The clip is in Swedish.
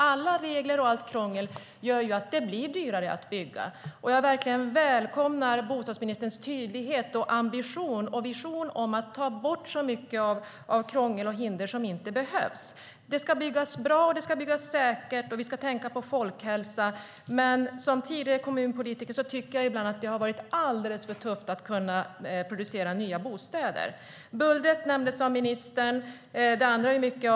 Alla regler och allt krångel gör det dyrare att bygga. Jag välkomnar verkligen bostadsministerns tydlighet, ambition och vision om att ta bort så mycket av krångel och hinder som inte behövs. Det ska byggas bra och säkert, och vi ska tänkta på folkhälsan. Men eftersom jag tidigare har varit kommunpolitiker tycker jag att det ibland har varit alldeles för tufft att producera nya bostäder. Ministern nämnde bullret.